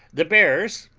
the bears,